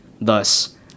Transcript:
Thus